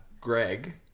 Greg